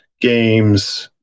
games